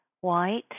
White